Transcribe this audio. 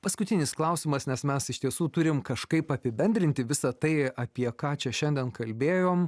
paskutinis klausimas nes mes iš tiesų turim kažkaip apibendrinti visa tai apie ką čia šiandien kalbėjom